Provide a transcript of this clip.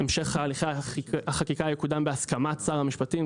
המשך הליך החקיקה יקודם בהסכמת שר המשפטים,